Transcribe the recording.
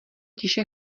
tiše